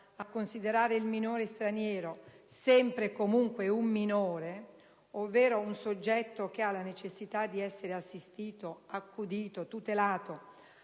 a considerare il minore straniero sempre e comunque un minore, ovvero un soggetto che ha la necessità di essere assistito, accudito e tutelato,